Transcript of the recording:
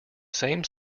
same